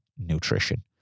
nutrition